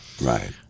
Right